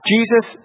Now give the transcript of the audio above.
Jesus